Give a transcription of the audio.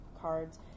cards